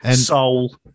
Soul